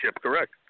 correct